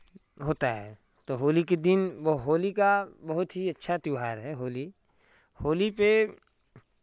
होता है तो होली के दिन वो होली का बहुत ही अच्छा त्यौहार है होली होली पे